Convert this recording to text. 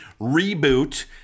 Reboot